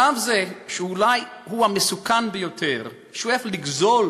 שלב זה, שהוא אולי המסוכן ביותר, שואף לגזול